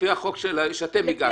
לפי החוק שהגשתם, האם הוא יקבל?